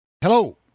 Hello